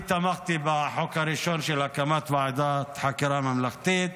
אני תמכתי בחוק הראשון של הקמת ועדת חקירה ממלכתית.